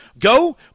Go